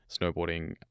snowboarding